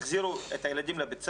החזירו את הילדים לבתי הספר.